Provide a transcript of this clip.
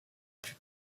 plus